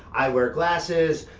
i wear glasses,